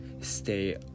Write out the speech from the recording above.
stay